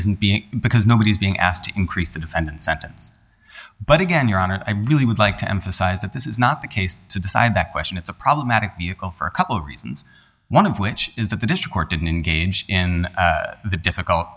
isn't being because nobody's being asked to increase that and sentence but again your honor i really would like to emphasize that this is not the case to decide that question it's a problematic vehicle for a couple of reasons one of which is that the district court didn't engage in the difficult